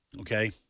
okay